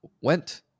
went